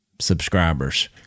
Subscribers